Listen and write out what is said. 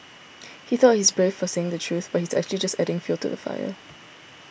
he thought he's brave for saying the truth but he's actually just adding fuel to the fire